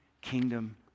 kingdom